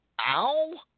Ow